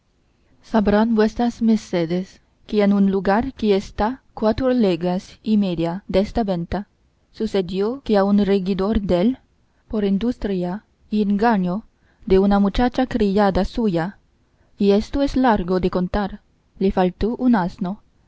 sabrán vuesas mercedes que en un lugar que está cuatro leguas y media desta venta sucedió que a un regidor dél por industria y engaño de una muchacha criada suya y esto es largo de contar le faltó un asno